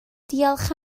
diolch